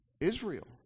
israel